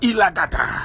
Ilagata